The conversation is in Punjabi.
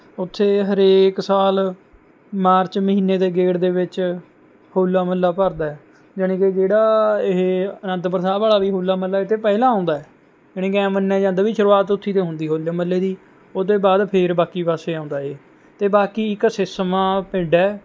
ਉੱਥੇ ਹਰੇਕ ਸਾਲ ਮਾਰਚ ਮਹੀਨੇ ਦੇ ਗੇੜ ਦੇ ਵਿੱਚ ਹੌਲਾ ਮਹੱਲਾ ਭਰਦਾ ਹੈ ਜਾਣੀ ਕਿ ਜਿਹੜਾ ਇਹ ਆਨੰਦਪੁਰ ਸਾਹਿਬ ਵਾਲਾ ਵੀ ਹੌਲਾ ਮਹੱਲਾ ਇਹਦੇ ਤੋਂ ਪਹਿਲਾਂ ਆਉਂਦਾ ਹੈ ਜਾਣੀ ਕਿ ਐਂਵੇ ਮੰਨਿਆ ਜਾਂਦਾ ਵੀ ਸ਼ੁਰੂਆਤ ਉੱਥੇ ਤੋਂ ਹੁੰਦੀ ਹੌਲੇ ਮਹੱਲੇ ਦੀ ਉਹਦੇ ਤੋਂ ਬਾਅਦ ਫਿਰ ਬਾਕੀ ਪਾਸੇ ਆਉਂਦਾ ਹੈ ਅਤੇ ਬਾਕੀ ਇੱਕ ਸਿਸਮਾਂ ਪਿੰਡ ਹੈ